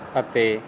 ਅਤੇ